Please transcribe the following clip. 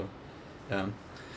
um